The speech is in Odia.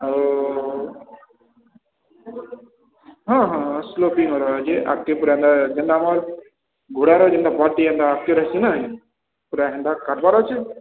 ଆଉ ହଁ ହଁ ସ୍ଲୋପିଂ କରିବାର୍ ଅଛି ଆଗ୍କେ ଯେନ୍ତା ଆମର ପୁରା ସେନ୍ତା କଟିବାର୍ ଅଛି